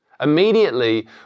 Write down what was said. Immediately